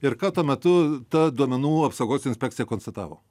ir ką tuo metu ta duomenų apsaugos inspekcija konstatavo